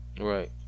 Right